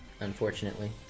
unfortunately